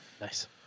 Nice